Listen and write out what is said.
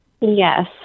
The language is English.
Yes